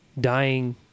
dying